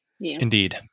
Indeed